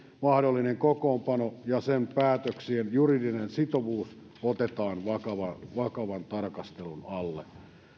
mahdollinen kokoonpano ja sen päätöksien juridinen sitovuus otetaan vakavan tarkastelun alle